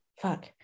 fuck